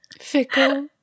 fickle